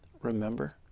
remember